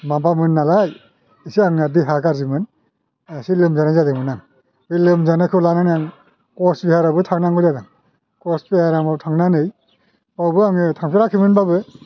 माबामोन नालाय एसे आंना देहाया गाज्रिमोन एसे लोमजानाय जादोंमोन आं बे लोमजानायखौ लानानै आं कचबिहारआवबो थांनांगौ जादों कचबिहारआव थांनानै बेयावबो आङो थांफेराखैमोनबाबो